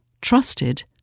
Trusted